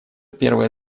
первое